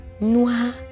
Noah